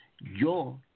yo